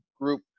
group